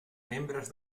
membres